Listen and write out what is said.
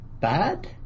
Bad